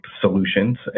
solutions